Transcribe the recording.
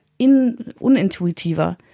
unintuitiver